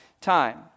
time